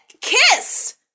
kiss